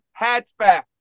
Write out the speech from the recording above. hatchback